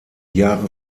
jahre